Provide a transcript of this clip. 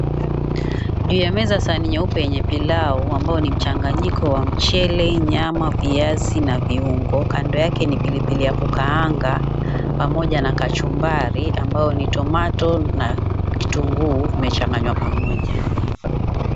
Juu ya meza sahani nyeupe yenye pilau ambao ni mchanganyiko wa mchele, nyama , viazi na viungo. Kando yake ni pilipili ya kukaanga pamoja na kachumbari ambayo ni tomato na kitunguu vimechanganywa pamoja.